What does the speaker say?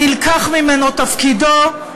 נלקח ממנו תפקידו,